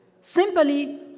Simply